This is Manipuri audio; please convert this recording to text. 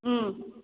ꯎꯝ